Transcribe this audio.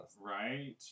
Right